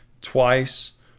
twice